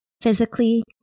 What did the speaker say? physically